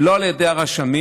ולא על ידי הרשמים.